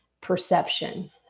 perception